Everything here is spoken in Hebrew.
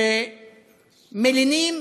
שמלינים